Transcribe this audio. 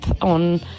on